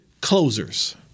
closers